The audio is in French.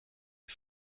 des